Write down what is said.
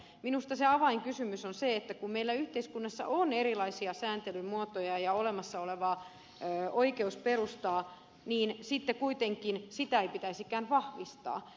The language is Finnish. minusta se avainkysymys on se että kun meillä yhteiskunnassa on erilaisia sääntelyn muotoja ja olemassa olevaa oikeusperustaa niin sitten kuitenkaan sitä ei pitäisikään vahvistaa